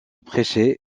prêcher